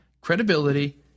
credibility